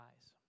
eyes